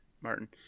Martin